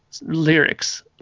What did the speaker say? lyrics